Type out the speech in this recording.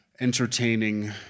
entertaining